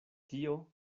tio